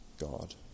God